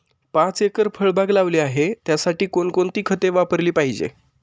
पाच एकर फळबाग लावली आहे, त्यासाठी कोणकोणती खते वापरली पाहिजे?